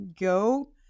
go